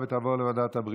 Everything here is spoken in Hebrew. איפה עידן?